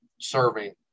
serving